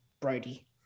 Brody